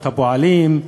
זכויות הפועלים,